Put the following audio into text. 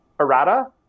errata